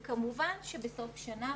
וכמובן שבסוף שנה,